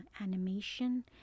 animation